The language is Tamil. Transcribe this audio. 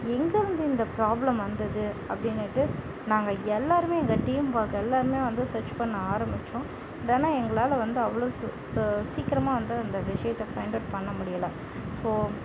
எங்கேருந்து இந்தப் ப்ராப்ளம் வந்தது அப்படினிட்டு நாங்கள் எல்லோருமே எங்க டீம் வொர்க்கர் எல்லோருமே வந்து சர்ச் பண்ண ஆரம்பித்தோம் உடனே எங்களால் வந்து அவ்வளோ சுல சீக்கிரமாக வந்து இந்த விசயத்தை ஃபைன்ட் அவுட் பண்ணமுடியல ஸோ